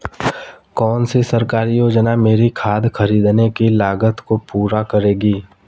कौन सी सरकारी योजना मेरी खाद खरीदने की लागत को पूरा करेगी?